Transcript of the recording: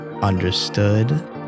understood